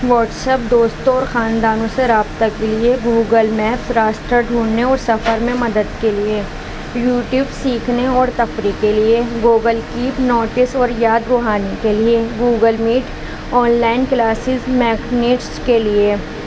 what's app دوستوں اور خاندانوں سے رابطہ کے لیے گوگل میپ راستہ ڈھونڈنے اور سفر میں مدد کے لیے یو ٹیوب سیکھنے اور تفریح کے لیے گوگل کیپ نوٹس اور یاد بہانے کے لیے Google Meet online classes میک نیٹس کے لیے